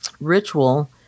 ritual